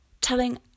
telling